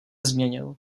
změnil